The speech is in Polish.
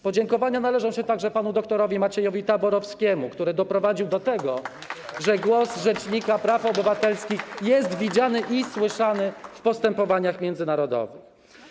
Podziękowania należą się także panu dr Maciejowi Taborowskiemu, który doprowadził do tego, że głos rzecznika praw obywatelskich jest widziany i słyszany w postępowaniach międzynarodowych.